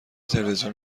تلویزیون